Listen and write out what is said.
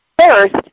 first